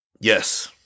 Yes